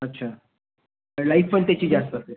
अच्छा लाइफ पण त्याची जास्त असेल